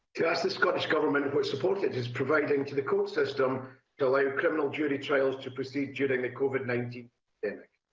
to ask the scottish government and what support it is providing to the courts system like criminal jury trials to proceed during the covid nineteen pandemic.